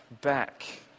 back